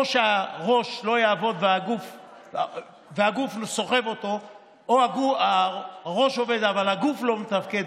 כשהראש לא יעבוד והגוף סוחב אותו או הראש עובד אבל הגוף לא מתפקד,